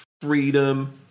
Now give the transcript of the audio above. freedom